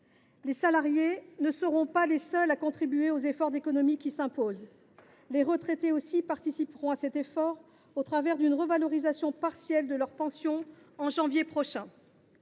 Les salariés ne seront pas les seuls à contribuer aux efforts d’économies qui s’imposent. Les retraités y participeront aussi, une revalorisation partielle de leur pension, au mois de janvier prochain.